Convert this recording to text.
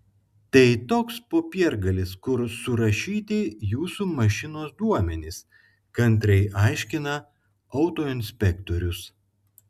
tai toks popiergalis kur surašyti jūsų mašinos duomenys kantriai aiškina autoinspektorius